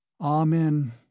Amen